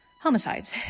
homicides